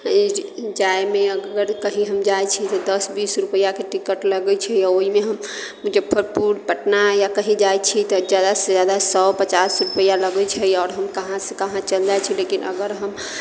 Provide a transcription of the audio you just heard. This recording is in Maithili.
जायमे अगर कहीँ हम जाइत छी तऽ दस बीस रुपैआके टिकट लगैत छै आ ओहिमे हम मुजफ्फरपुर पटना या कहीँ जाइत छियै तऽ ज्यादासँ ज्यादा सए पचास रुपैआ लगैत छै आओर हम कहाँसँ कहाँ चलि जाइत छी लेकिन अगर हम